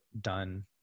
done